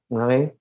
okay